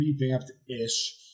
revamped-ish